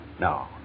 No